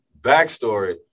backstory